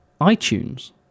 iTunes